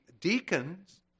deacons